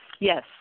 Yes